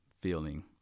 feeling